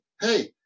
Hey